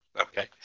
Okay